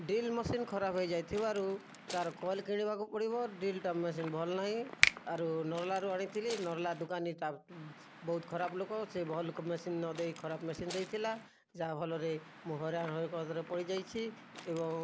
drill machine ଖରାପ୍ ହେଇଯାଇଥିବାରୁ ତାର୍ କଏଲ୍ କିଣିବାକୁ ପଡ଼ିବ ଡ୍ରିଲ୍ଟା ମେସିନ୍ ଭଲ୍ ନାହିଁ ଆରୁ ନର୍ଲାରୁ ଆଣିଥିଲି ନର୍ଲା ଦୋକାନୀ ବହୁତ୍ ଖରାପ୍ ଲୋକ ସେ ଭଲ୍ ମସିନ୍ ନଦେଇ ଖରାପ୍ ମସିନ୍ ଦେଇଥିଲା ଯାହା ଫଳରେ ମୁଁ ହଇରାଣ ହର୍କତ୍ରେ ପଡ଼ିଯାଇଛି ଏବଂ